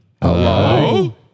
Hello